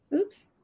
oops